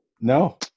No